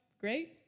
great